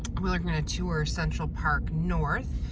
we are going to tour central park north.